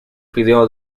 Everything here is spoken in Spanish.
pidió